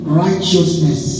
righteousness